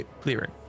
clearing